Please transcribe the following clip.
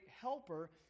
helper